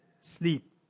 sleep